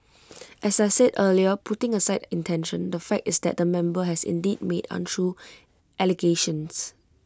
as I said earlier putting aside intention the fact is that the member has indeed made untrue allegations